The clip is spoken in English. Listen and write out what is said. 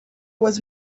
was